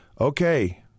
okay